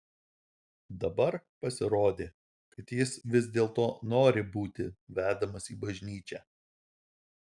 dabar pasirodė kad jis vis dėlto nori būti vedamas į bažnyčią